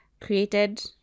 created